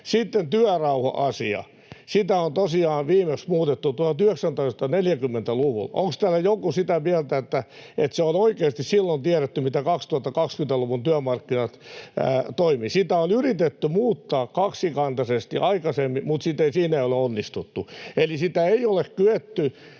Sitten työrauha-asia: Sitä on tosiaan viimeksi muutettu 1940-luvulla. Onko täällä joku sitä mieltä, että on oikeasti silloin tiedetty, miten 2020-luvun työmarkkinat toimivat? Sitä on yritetty muuttaa kaksikantaisesti aikaisemmin, mutta siinä ei ole onnistuttu. Eli sitä ei ole kyetty